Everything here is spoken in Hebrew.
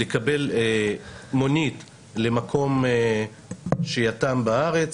לקבל מונית למקום שהייתם בארץ.